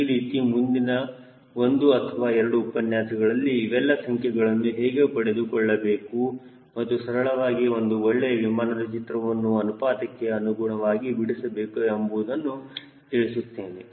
ಈ ರೀತಿ ಮುಂದಿನ ಒಂದು ಅಥವಾ ಎರಡು ಉಪನ್ಯಾಸಗಳಲ್ಲಿ ಇವೆಲ್ಲ ಸಂಖ್ಯೆಗಳನ್ನು ಹೇಗೆ ಪಡೆದುಕೊಳ್ಳಬೇಕು ಮತ್ತು ಸರಳವಾಗಿ ಒಂದು ಒಳ್ಳೆಯ ವಿಮಾನದ ಚಿತ್ರವನ್ನು ಅನುಪಾತಕ್ಕೆ ಅನುಗುಣವಾಗಿ ಬಿಡಿಸಬೇಕು ಎಂಬುವುದನ್ನು ತಿಳಿಸುತ್ತೇನೆ